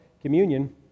communion